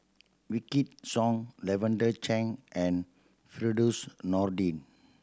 Wykidd Song Lavender Chang and Firdaus Nordin